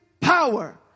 power